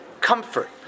comfort